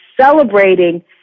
celebrating